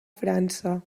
frança